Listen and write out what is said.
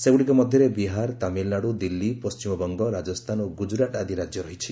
ସେଗୁଡ଼ିକ ମଧ୍ୟରେ ବିହାର ତାମିଲନାଡୁ ଦିଲ୍ଲୀ ପଶ୍ଚିମବଙ୍ଗ ରାଜସ୍ଥାନ ଓ ଗୁକୁରାଟ ଆଦି ରାଜ୍ୟ ରହିଛି